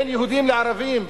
בין יהודים לערבים,